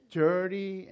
dirty